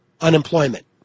unemployment